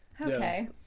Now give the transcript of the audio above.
okay